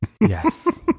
Yes